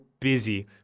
busy